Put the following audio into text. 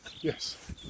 Yes